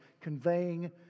Conveying